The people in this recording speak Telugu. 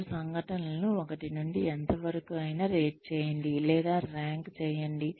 మీరు సంఘటనలను 1 నుండి ఎంతవరకు ఐన రేట్ చేయండి లేదా ర్యాంక్ చేయండి